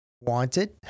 wanted